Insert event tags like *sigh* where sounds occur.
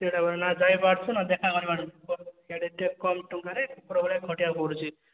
ସେଇଟା ଗୋଟେ ନା ଯାଇପାରୁଛି ନା ଦେଖା କରିପାରୁଛି *unintelligible* କମ ଟଙ୍କାରେ କୁକୁର ଭଳିଆ ଖଟିବାକୁ ପଡ଼ୁଛି